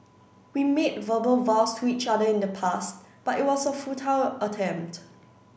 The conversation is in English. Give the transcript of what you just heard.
we made verbal vows to each other in the past but it was a futile attempt